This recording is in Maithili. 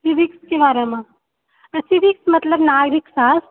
सिविक्सके बारमे सिविक्स मतलब नागरिक शास्त्र